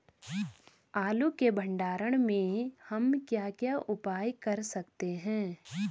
आलू के भंडारण में हम क्या क्या उपाय कर सकते हैं?